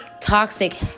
toxic